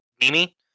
Mimi